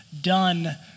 done